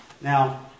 Now